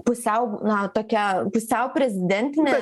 pusiau na tokia pusiau prezidentinė